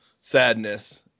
sadness